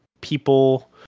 people